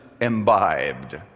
imbibed